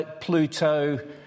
Pluto